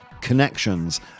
Connections